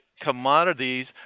commodities –